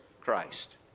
Christ